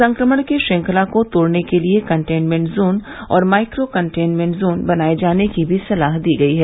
संक्रमण की श्रृंखला को तोड़ने के लिए कन्टेनमेंट जोन और माइक्रो कंटेनमेंट जोन बनाए जाने की भी सलाह दी गई है